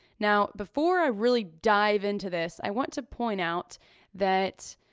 now before i really dive into this i want to point out that,